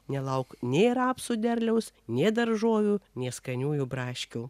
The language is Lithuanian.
nelauk nei rapsų derliaus nei daržovių nei skaniųjų braškių